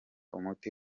umuti